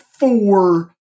Four